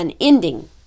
ending